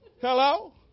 Hello